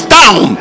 down